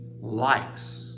likes